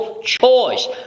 choice